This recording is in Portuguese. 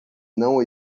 não